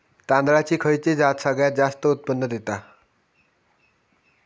तांदळाची खयची जात सगळयात जास्त उत्पन्न दिता?